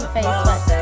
Facebook